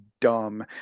dumb